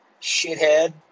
shithead